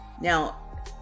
Now